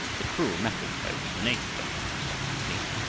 the cruel methods by which the native doctors extracted teeth